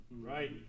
Right